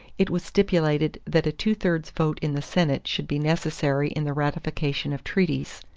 it was stipulated that a two-thirds vote in the senate should be necessary in the ratification of treaties.